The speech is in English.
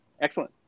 Excellent